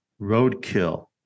roadkill